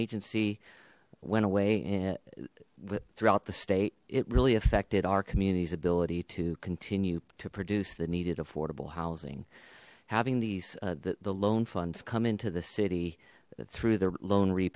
agency went away but throughout the state it really affected our community's ability to continue to produce the needed affordable housing having these the loan funds come into the city through the loan re